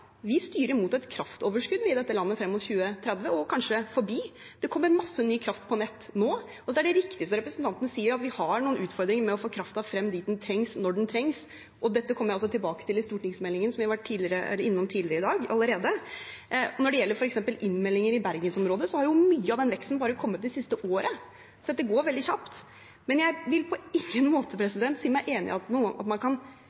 styrer mot et kraftoverskudd frem mot 2030 og kanskje forbi. Det kommer masse ny kraft på nett nå. Så er det riktig som representanten sier, at vi har noen utfordringer med å få kraften frem dit den trengs, når den trengs, og dette kommer jeg også tilbake til i stortingsmeldingen, som jeg allerede har vært innom tidligere i dag. Når det gjelder f.eks. innmeldinger i bergensområdet, har mye av den veksten kommet bare det siste året, så dette går veldig kjapt. Men jeg vil på ingen måte si meg enig i at man kan